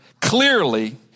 clearly